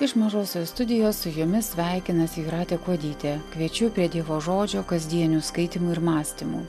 iš mažosios studijos su jumis sveikinasi jūratė kuodytė kviečiu prie dievo žodžio kasdienių skaitymų ir mąstymų